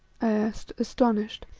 asked, astonished.